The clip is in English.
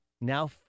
now